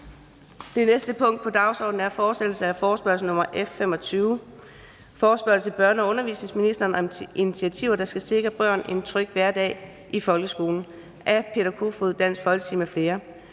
Det næste punkt på dagsordenen er: 2) Fortsættelse af forespørgsel nr. F 25 [afstemning]: Forespørgsel til børne- og undervisningsministeren om initiativer, der skal sikre børn en tryg hverdag i folkeskolen. Af Peter Kofod (DF) m.fl.